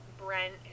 Brent